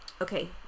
Okay